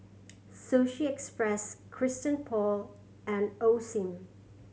Sushi Express Christian Paul and Osim